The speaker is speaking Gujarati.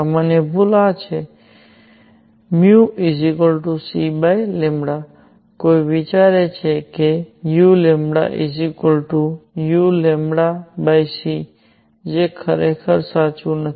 સામાન્ય ભૂલ આ છે c કોઈ વિચારે છે કે uuc જે ખરેખર સાચું નથી